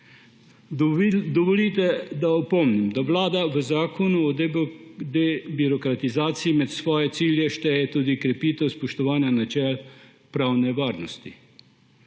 Dovolite, da opomnim, da Vlada v Zakonu o debirokratizaciji med svoje cilje šteje tudi krepitev spoštovanja načel pravne varnosti,